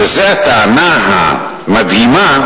וזו הטענה המדהימה,